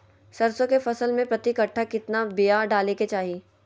सरसों के फसल में प्रति कट्ठा कितना बिया डाले के चाही?